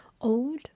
old